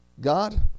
God